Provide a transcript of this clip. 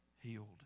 healed